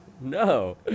No